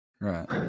Right